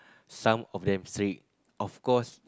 some of them strict of course